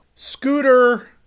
Scooter